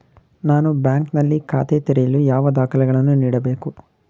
ನಾನು ಬ್ಯಾಂಕ್ ನಲ್ಲಿ ಖಾತೆ ತೆರೆಯಲು ಯಾವ ದಾಖಲೆಗಳನ್ನು ನೀಡಬೇಕು?